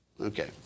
Okay